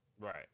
right